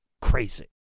crazy